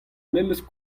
memes